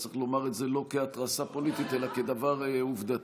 צריך לומר את זה לא כהתרסה פוליטית אלא כדבר עובדתי.